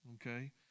okay